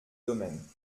domaine